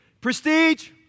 Prestige